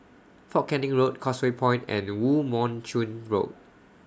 Fort Canning Road Causeway Point and Woo Mon Chew Road